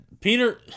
Peter